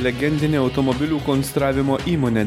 legendinį automobilių konstravimo įmonė